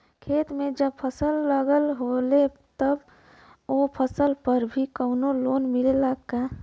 खेत में जब फसल लगल होले तब ओ फसल पर भी कौनो लोन मिलेला का?